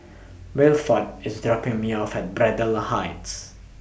Wilford IS dropping Me off At Braddell Heights